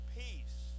peace